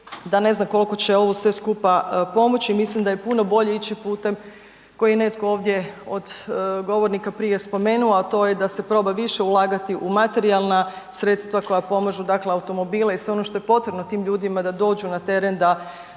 da ne znam kolko će ovo sve skupa pomoći, mislim da je puno bolje ići putem koji je netko ovdje od govornika prije spomenuo, a to je da se proba više ulagati u materijalna sredstva koja pomažu dakle automobile i sve ono što je potrebno tim ljudima da dođu na teren da